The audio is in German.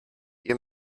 ihr